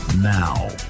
Now